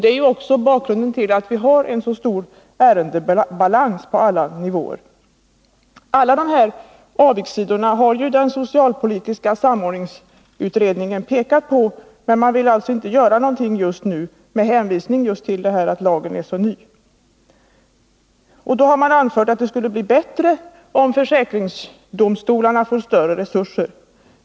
Det är också bakgrunden till att vi har en så stor ärendebalans på alla nivåer. Alla dessa avigsidor har den socialpolitiska samordningsutredningen pekat på, men man vill inte göra någonting nu med hänvisning just till att lagen är så ny. Man har anfört att det skulle vara bättre om försäkringsdomstolarna fick större resurser.